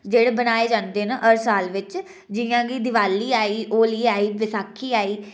जेह्ड़े बनाए जन्दे न हर साल बिच जि'यां की दिवाली आई होली आई बैसाखी आई